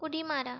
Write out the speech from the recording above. उडी मारा